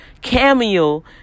Cameo